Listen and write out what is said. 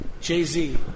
jay-z